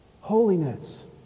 Holiness